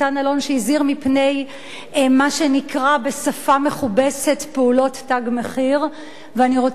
שהזהיר מפני מה שנקרא בשפה מכובסת פעולות "תג מחיר" ואני רוצה לומר,